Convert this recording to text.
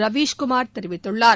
ரவீஷ்குமார் தெரிவித்துள்ளார்